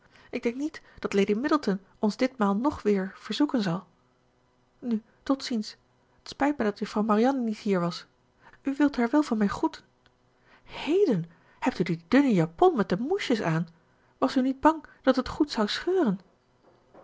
ik denk niet dat lady middleton ons ditmaal nog wéér verzoeken zal nu tot ziens t spijt mij dat juffrouw marianne niet hier was u wilt haar wel van mij groeten heden hebt u die dunne japon met de moesjes aan was u niet bang dat het goed zou scheuren